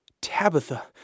Tabitha